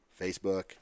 Facebook